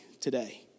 today